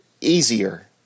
easier